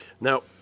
Now